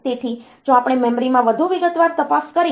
તેથી જો આપણે મેમરીમાં વધુ વિગતવાર તપાસ કરીએ